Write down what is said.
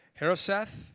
heroseth